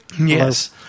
yes